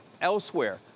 Elsewhere